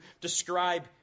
describe